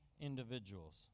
individuals